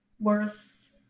worth